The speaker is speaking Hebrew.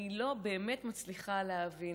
אני לא באמת מצליחה להבין.